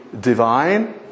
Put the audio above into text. divine